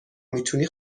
میتونی